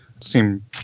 seem